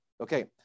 Okay